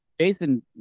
jason